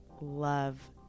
love